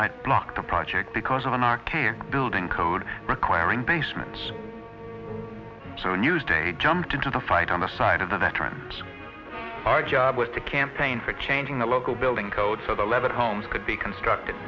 might block the project because of an archaic building code requiring basements so newsday jumped into the fight on the side of the veterans our job was to campaign for changing the local building code for the leavitt homes could be construct